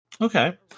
Okay